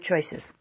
choices